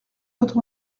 quatre